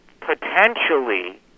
potentially